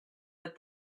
but